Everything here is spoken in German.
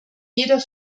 jeder